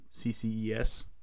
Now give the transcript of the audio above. CCES